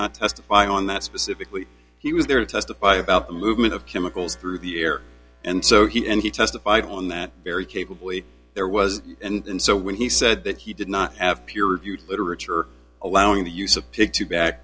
not testify on that specifically he was there to testify about the movement of chemicals through the air and so he and he testified on that very capably there was and so when he said that he did not have peer reviewed literature allowing the use of pig to back